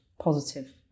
positive